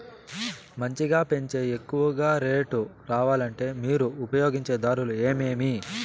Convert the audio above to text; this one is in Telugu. మంచిగా పెంచే ఎక్కువగా రేటు రావాలంటే మీరు ఉపయోగించే దారులు ఎమిమీ?